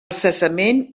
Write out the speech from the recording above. cessament